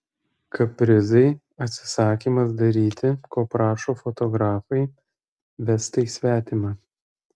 kaprizai atsisakymas daryti ko prašo fotografai vestai svetima